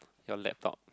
your laptop